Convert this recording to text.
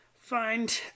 find